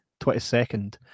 22nd